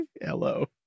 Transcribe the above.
hello